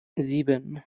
sieben